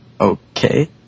Okay